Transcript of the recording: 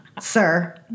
sir